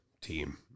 team